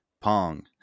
Pong